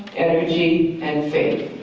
energy and faith.